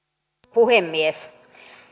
puhemies